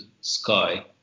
sky